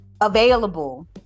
available